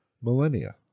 millennia